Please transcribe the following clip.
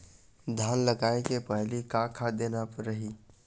धान लगाय के पहली का खाद देना रही?